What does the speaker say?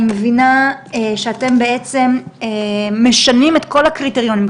אני מבינה שאתם בעצם משנים את כל הקריטריונים,